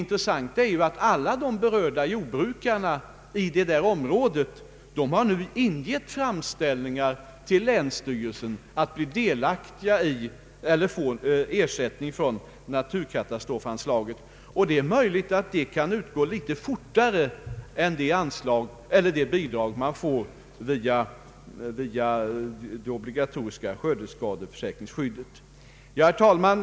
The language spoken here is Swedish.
Intressant är i detta sammanhang att notera att samtliga berörda jordbrukare inom detta område har ingett framställningar till länsstyrelsen om att få ersättning ur naturkatastrofanslaget. Det är möjligt att den ersättningen kan komma snabbare än om bidrag skulle utgå via det Herr talman!